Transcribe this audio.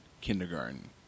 kindergarten